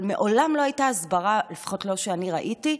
אבל מעולם לא הייתה הסברה, לפחות לא שאני ראיתי,